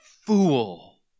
fool